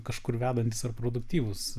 kažkur vedantys ar produktyvūs